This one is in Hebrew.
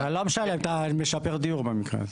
אתה לא משלם, אתה משפר דיור במקרה הזה.